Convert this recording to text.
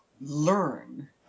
learn